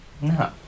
No